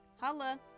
Holla